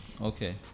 okay